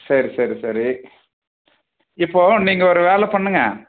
சரி சரி சரி இப்போது நீங்கள் ஒரு வேலை பண்ணுங்க